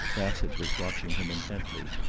bassett was watching him intently.